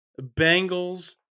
Bengals